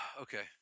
Okay